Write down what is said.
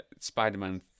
Spider-Man